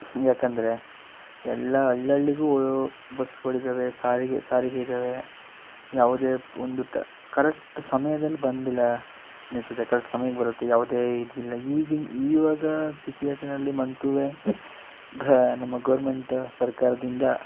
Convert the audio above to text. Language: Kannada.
ಯಾಕೆಂದರೆ ಎಲ್ಲ ಹಳೆ ಹಳ್ಳಿಗೂ ಬಸ್ಗಳಿದ್ದಾವೆ ಸಾರಿಗೆ ಸಾರಿಗೆ ಇದ್ದಾವೆ ಯಾವುದೇ ಒಂದು ಟ ಕರೆಕ್ಟ್ ಸಮ್ಯದಲ್ಲಿ ಬಂದಿಲ್ಲ ಕರೆಕ್ಟ್ ಸಮ್ಯಕ್ಕೆ ಬರುತ್ತೆ ಯಾವುದೇ ಇದ್ದಿಲ್ಲ ಈಗಿನ ಈವಾಗ ಸಿಚುವೇಷನಲ್ಲಿ ಬಂತು ಘ ನಮ್ಮ ಗೌರ್ಮೆಂಟ್ ಸರ್ಕಾರದದಿಂದ